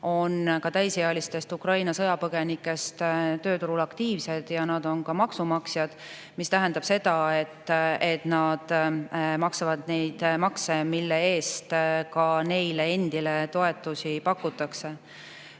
60% täisealistest Ukraina sõjapõgenikest tööturul aktiivsed ja nad on maksumaksjad, mis tähendab seda, et nad maksavad neid makse, mille eest ka neile endile toetusi pakutakse.